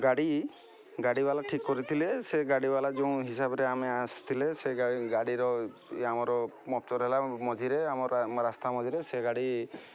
ଗାଡ଼ି ଗାଡ଼ି ବାଲା ଠିକ୍ କରିଥିଲେ ସେ ଗାଡ଼ି ବାଲା ଯୋଉଁ ହିସାବରେ ଆମେ ଆସିଥିଲେ ସେ ଗାଡ଼ିର ଆମର ପମ୍ପଚର୍ ହେଲା ମଝିରେ ଆମର ରାସ୍ତା ମଝିରେ ସେ ଗାଡ଼ି